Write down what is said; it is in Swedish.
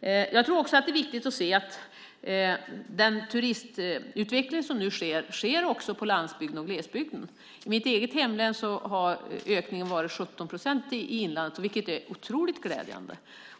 Turistutvecklingen sker nu också på landsbygden och i glesbygden. I mitt eget hemlän har ökningen varit 17 procent i inlandet, vilket är otroligt glädjande.